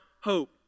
hope